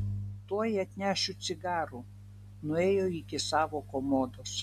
tuoj atnešiu cigarų nuėjo iki savo komodos